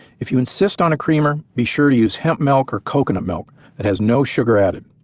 if you insist on a creamer, be sure to use hemp milk or coconut milk that has no sugar added,